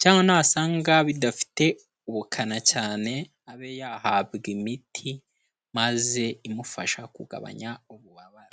cyangwa nasanga bidafite ubukana cyane, abe yahabwa imiti maze imufasha kugabanya ububabare.